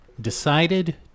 decided